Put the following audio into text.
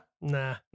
Nah